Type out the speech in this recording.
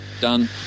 done